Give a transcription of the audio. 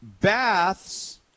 Baths